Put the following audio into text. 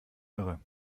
irre